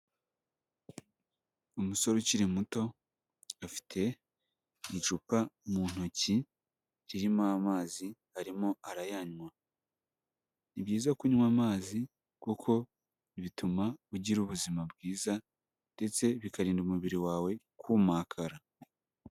Umusore ukiri muto, afite icupa mu ntoki ririmo amazi arimo arayanywa. Ni byiza kunywa amazi kuko bituma ugira ubuzima bwiza ndetse bikarinda umubiri wawe kumakara.